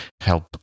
help